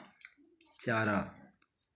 चारा